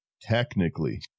Technically